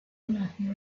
nació